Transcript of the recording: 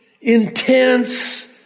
intense